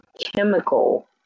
chemical